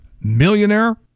millionaire